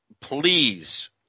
please